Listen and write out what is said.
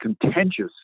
contentious